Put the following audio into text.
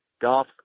golf